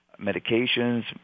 medications